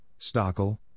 Stockel